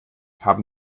haben